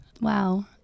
Wow